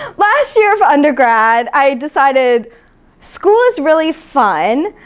last year of undergrad, i decided school is really fun,